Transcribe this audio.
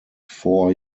four